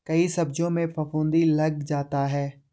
कई सब्जियों में फफूंदी लग जाता है